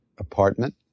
apartment